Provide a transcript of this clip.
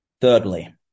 thirdly